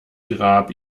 grab